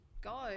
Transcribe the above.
Go